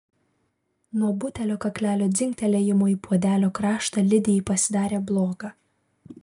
nuo butelio kaklelio dzingtelėjimo į puodelio kraštą lidijai pasidarė bloga